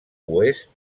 oest